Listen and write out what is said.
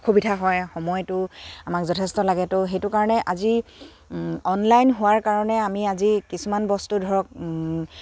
অসুবিধা হয় সময়টো আমাক যথেষ্ট লাগে ত' সেইটো কাৰণে আজি অনলাইন হোৱাৰ কাৰণে আমি আজি কিছুমান বস্তু ধৰক